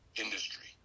industry